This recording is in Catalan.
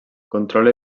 controla